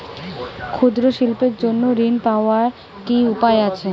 ক্ষুদ্র শিল্পের জন্য ঋণ পাওয়ার কি উপায় আছে?